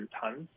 tons